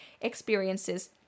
experiences